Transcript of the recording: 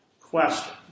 Question